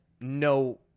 no